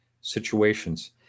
situations